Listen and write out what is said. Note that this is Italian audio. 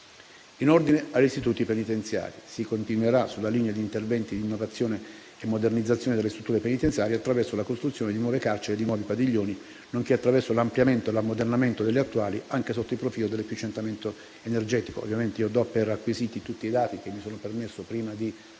In ordine agli istituti penitenziari, si continuerà sulla linea di interventi di innovazione e modernizzazione delle strutture penitenziarie, attraverso la costruzione di nuove carceri e di nuovi padiglioni, nonché attraverso l'ampliamento e l'ammodernamento delle attuali, anche sotto il profilo dell'efficientamento energetico. Ovviamente do per acquisiti tutti i dati che mi sono permesso prima di